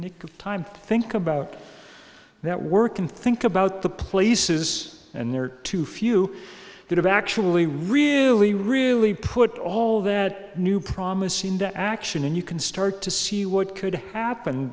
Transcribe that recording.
nick of time to think about that work and think about the places and there are too few that actually really really put all that new promise into action and you can start to see what could happen